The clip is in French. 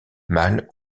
mâles